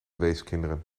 weeskinderen